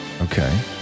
okay